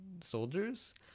soldiers